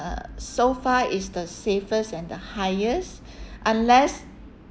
so far it's the safest and the highest unless